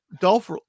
Dolph